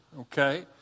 Okay